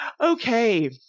Okay